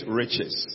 riches